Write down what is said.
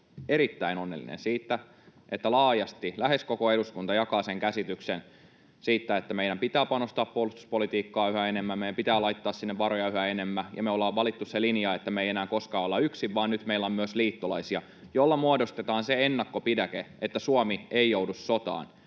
erittäin onnellinen siitä, että laajasti lähes koko eduskunta jakaa käsityksen siitä, että meidän pitää panostaa puolustuspolitiikkaan yhä enemmän ja meidän pitää laittaa sinne varoja yhä enemmän ja me ollaan valittu se linja, että me ei enää koskaan olla yksin. Nyt meillä on myös liittolaisia, millä muodostetaan se ennakkopidäke, että Suomi ei joudu sotaan,